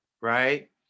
right